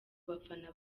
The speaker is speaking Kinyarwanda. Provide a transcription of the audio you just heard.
bafana